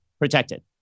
protected